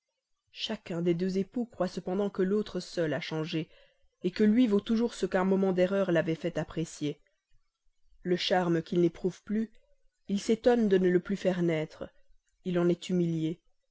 chacun des deux époux croit cependant que l'autre seul a changé que lui vaut toujours ce qu'un moment d'erreur l'avait fait apprécier le charme qu'il n'éprouve plus il s'étonne de ne plus le faire naître il en est humilié